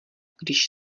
když